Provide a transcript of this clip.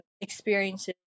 experiences